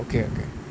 okay okay